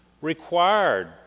required